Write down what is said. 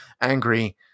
angry